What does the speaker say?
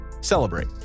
celebrate